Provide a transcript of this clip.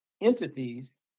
entities